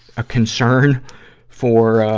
a concern for, ah,